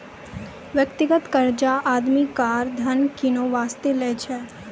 व्यक्तिगत कर्जा आदमी कार, घर किनै बासतें लै छै